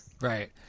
Right